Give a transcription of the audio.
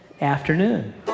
afternoon